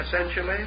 essentially